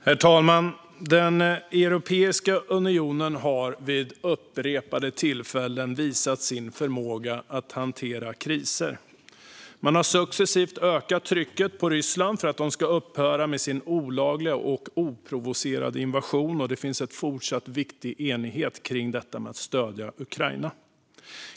Herr talman! Europeiska unionen har vid upprepade tillfällen visat sin förmåga att hantera kriser. Man har successivt ökat trycket på Ryssland för att de ska upphöra med sin olagliga och oprovocerade invasion, och det finns en fortsatt viktig enighet kring att stödja Ukraina.